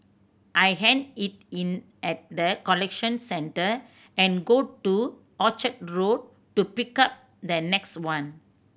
I hand it in at the collection center and go to Orchard Road to pick up the next one